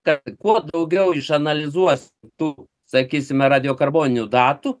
tapti kuo daugiau išanalizuos tų sakysime radiokarboninių datų